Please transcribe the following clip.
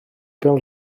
bêl